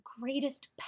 greatest